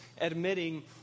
admitting